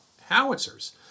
howitzers